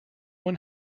one